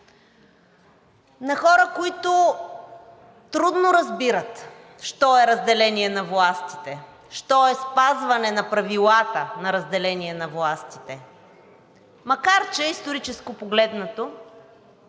на хора, които трудно разбират що е разделение на властите, що е спазване на правилата на разделение на властите. Макар че исторически погледнато,